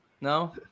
no